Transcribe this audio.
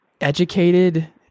educated